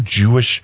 Jewish